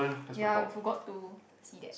ya forgot to see that